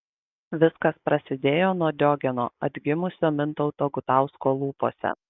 viskas prasidėjo nuo diogeno atgimusio mintauto gutausko lūpose